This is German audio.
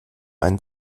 einen